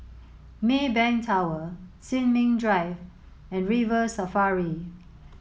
Maybank Tower Sin Ming Drive and River Safari